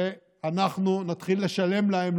ואנחנו נתחיל לשלם להם,